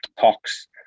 talks